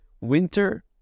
Winter